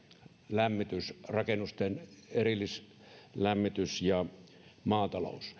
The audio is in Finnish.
lämmitys rakennusten erillislämmitys ja maatalous